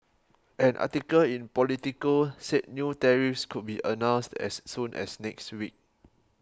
an article in Politico said new tariffs could be announced as soon as next week